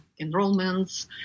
enrollments